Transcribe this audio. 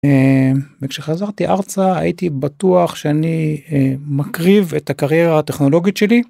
כשחזרתי ארצה הייתי בטוח שאני מקריב את הקריירה הטכנולוגית שלי.